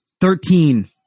Thirteen